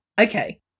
Okay